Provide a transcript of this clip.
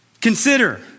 Consider